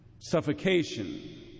suffocation